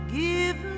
give